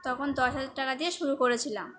তখন দশ হাজার টাকা দিয়ে শুরু করেছিলাম